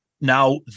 Now